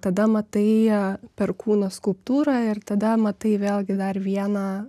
tada matai perkūno skulptūrą ir tada matai vėlgi dar vieną